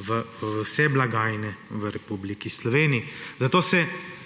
v vse blagajne v Republiki Sloveniji. Zato se